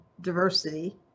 diversity